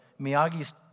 Miyagi's